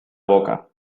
boca